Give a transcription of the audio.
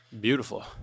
Beautiful